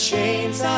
Chains